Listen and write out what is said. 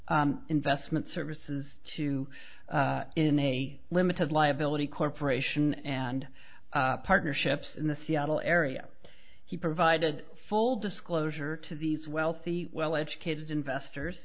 investment services to in a limited liability corporation and partnerships in the seattle area he provided full disclosure to these wealthy well educated investors